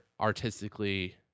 artistically